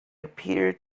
appeared